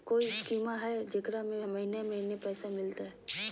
कोइ स्कीमा हय, जेकरा में महीने महीने पैसा मिलते?